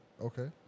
Okay